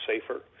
safer